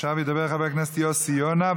עכשיו ידבר חבר הכנסת יוסי יונה,